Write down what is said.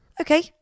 Okay